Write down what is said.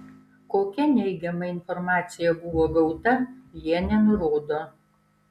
kokia neigiama informacija buvo gauta jie nenurodo